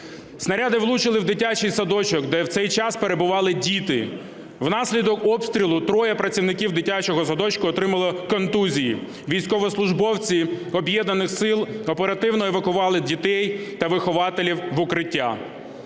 Снаряди влучили в дитячий садочок, де в цей час перебували діти. Внаслідок обстрілу троє працівників дитячого садочку отримали контузії. Військовослужбовці Об'єднаних сил оперативно евакували дітей та вихователів в укриття.